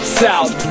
south